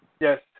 Yes